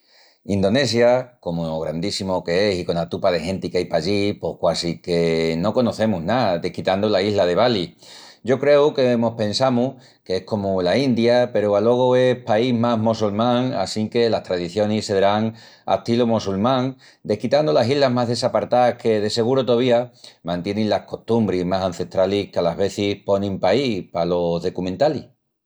Indonesia, como grandíssimu qu'es i cona tupa de genti qu'ai pallí, pos quasi que no conocemus ná, desquitandu la isla de Bali. Yo creu que mos pensamus qu'es comu la India peru alogu es país más mossulmán assinque las tradicionis sedrán astilu mossulmán desquitandu las islas más desapartás que de seguru tovía mantienin las costumbris más ancestralis qu'alas vezis ponin paí palos decumentalis.